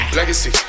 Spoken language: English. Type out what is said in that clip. Legacy